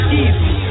easy